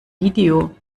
video